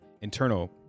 internal